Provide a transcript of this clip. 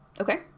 Okay